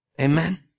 Amen